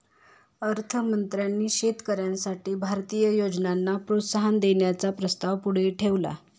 अर्थ मंत्र्यांनी शेतकऱ्यांसाठी भारतीय योजनांना प्रोत्साहन देण्याचा प्रस्ताव पुढे ठेवला